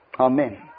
Amen